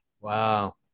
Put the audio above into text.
Wow